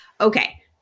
okay